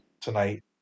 tonight